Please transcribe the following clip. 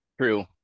true